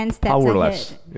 powerless